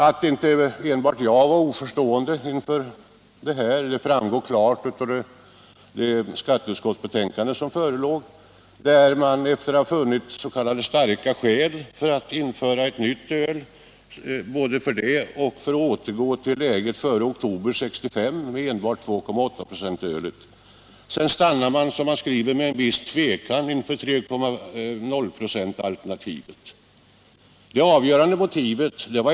Att inte enbart jag var oförstående inför detta framgår klart av det betänkande från skatteutskottet som förelåg, där man, efter att ha funnit ”starka skäl” såväl för att införa ett nytt öl som för att återgå till läget före oktober 1965 med enbart öl på 2,8 26, stannade ”med viss tvekan” inför alternativet på 3,0 96.